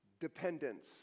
dependence